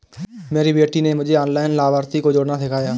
मेरी बेटी ने मुझे ऑनलाइन लाभार्थियों को जोड़ना सिखाया